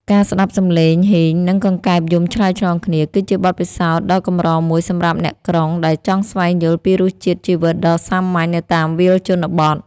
ការស្ដាប់សំឡេងហ៊ីង និងកង្កែបយំឆ្លើយឆ្លងគ្នា គឺជាបទពិសោធន៍ដ៏កម្រមួយសម្រាប់អ្នកក្រុង ដែលចង់ស្វែងយល់ពីរសជាតិជីវិតដ៏សាមញ្ញនៅតាមវាលជនបទ។